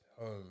home